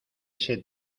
ese